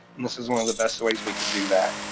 and this is one of the best of ways we could do that.